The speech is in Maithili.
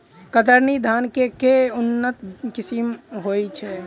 कतरनी धान केँ के उन्नत किसिम होइ छैय?